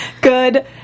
Good